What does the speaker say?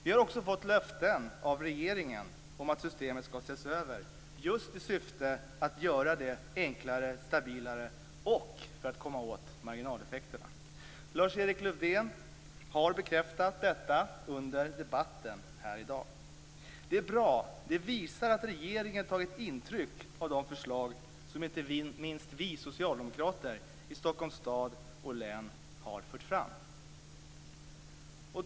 Vi har också fått löften av regeringen om att systemet skall ses över just i syfte att göra det enklare och stabilare och för att komma åt marginaleffekterna. Lars-Erik Lövdén har bekräftat detta under debatten här i dag. Det är bra. Det visar att regeringen tagit intryck av de förslag som inte minst vi socialdemokrater i Stockholms stad och län har fört fram.